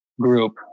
group